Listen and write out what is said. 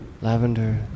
Lavender